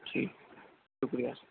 جی شکریہ